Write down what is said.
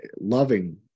loving